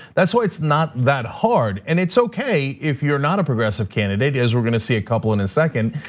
that's why it's not that hard and it's okay if you're not a progressive candidate, as we're gonna see a couple in a second.